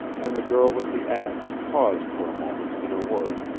and the girl with the axe paused for a moment in her work,